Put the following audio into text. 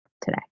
today